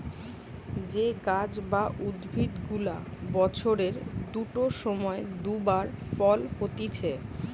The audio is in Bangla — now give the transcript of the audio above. যে গাছ বা উদ্ভিদ গুলা বছরের দুটো সময় দু বার ফল হতিছে